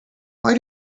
why